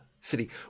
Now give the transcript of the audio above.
city